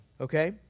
Okay